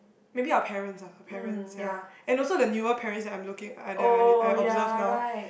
maybe our parents ah our parents ya and also the newer parents that I'm looking I that I I observed now